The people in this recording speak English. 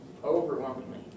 overwhelmingly